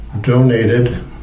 donated